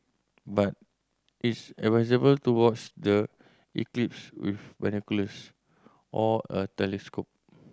but it's advisable to watch the eclipse with binoculars or a telescope